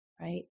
right